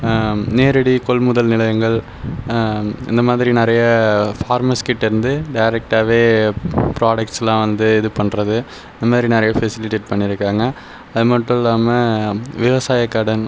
நேரடி கொள்முதல் நிலையங்கள் இந்தமாதிரி நிறைய ஃபார்மர்ஸ் கிட்டடேருந்து டேரெக்டாவே ப்ராடக்ட்ஸ்லாம் வந்து இது பண்ணுறது இந்தமாதிரி நிறைய ஃபெசிலிடேட் பண்ணியிருகாங்க அது மட்டும் இல்லாமல் விவசாய கடன்